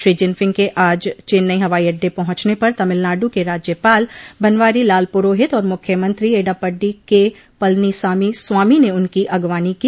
Shri Jinping के आज चेन्नई हवाई अड्डे पहुंचने पर तमिलनाडु के राज्यपाल बनवारी लाल पुरोहित और मुख्यमंत्री एडापड्डी के पलनीसामी स्वामी ने उनकी अगवानी की